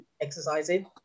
exercising